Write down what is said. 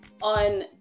on